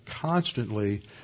constantly